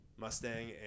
mustang